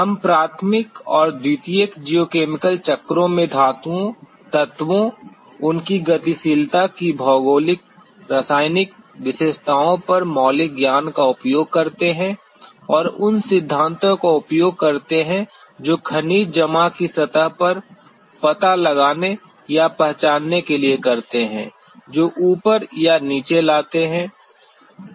हम प्राथमिक और द्वितीयक जियोकेमिकल चक्रों में धातुओं तत्वों उनकी गतिशीलता की भौगोलिक रासायनिक विशेषताओं पर मौलिक ज्ञान का उपयोग करते हैं और उन सिद्धांतों का उपयोग करते हैं जो खनिज जमा की सतह का पता लगाने या पहचानने के लिए करते हैं जो ऊपर या नीचे लाते हैं